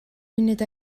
munud